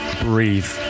Breathe